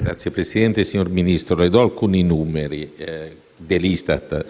*(AL-A (MpA))*. Signor Ministro, le dò alcuni numeri dell'ISTAT.